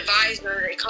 advisor